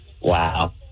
Wow